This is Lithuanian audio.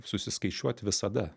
susiskaičiuot visada